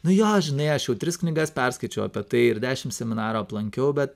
nu jo žinai aš jau tris knygas perskaičiau apie tai ir dešimt seminarų aplankiau bet